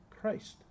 Christ